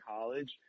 college